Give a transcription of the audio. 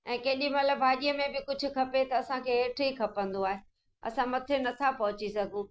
ऐं केॾी महिल भाॼीअ में बि कुझु खपे त असांखे हेठि ई खपंदो आहे असां मथे न था पहुची सघूं